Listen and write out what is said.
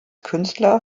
künstler